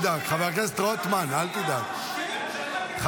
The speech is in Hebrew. עליו אתה רוצה להגן --- עלובים.